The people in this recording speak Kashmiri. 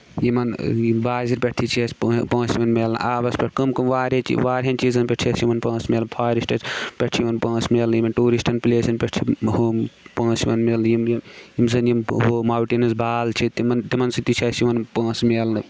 یِمن بازر پٮ۪ٹھ تہِ چھِ اَسہِ پونٛسہٕ یِوان مِلنہٕ آبَس پٮ۪ٹھ کٕمۍ کٕمۍ واریاہ چی واریاہَن چیٖزَن پٮ۪ٹھ چھِ اَسہِ یِمن پۄنٛسہٕ ملان فارسٹر پٮ۪ٹھ چھِ یِمن پۄنٛسہٕ مِلنہٕ یِمن ٹوٗرِسٹن پِلیسن پٮ۪ٹھ چھِ یِمن ہُم پۄنٛسہٕ یِوان مِیلنہٕ یِم زَن یِم ہُہ موٹینٕز بال چھِ تِمن تِمن سۭتۍ تہِ چھِ اِسہِ یِوان پۄنٛسہٕ مِلنہٕ